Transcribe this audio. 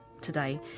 today